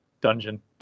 dungeon